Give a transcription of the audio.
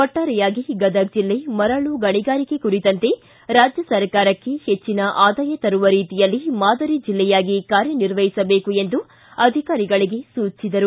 ಒಟ್ಟಾರೆಯಾಗಿ ಗದಗ ಜಿಲ್ಲೆ ಮರಳು ಗಣಿಗಾರಿಕೆ ಕುರಿತಂತೆ ರಾಜ್ಯ ಸರ್ಕಾರಕ್ಕೆ ಹೆಚ್ಚಿನ ಆದಾಯ ತರುವ ರೀತಿಯಲ್ಲಿ ಮಾದರಿ ಜಿಲ್ಲೆಯಾಗಿ ಕಾರ್ಯ ನಿರ್ವಹಿಸಬೇಕು ಎಂದು ಅಧಿಕಾರಿಗಳಿಗೆ ಸೂಚಿಸಿದರು